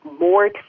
more